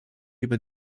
über